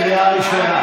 קריאה ראשונה.